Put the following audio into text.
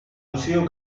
museo